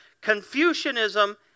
Confucianism